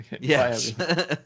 Yes